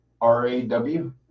R-A-W